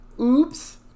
Oops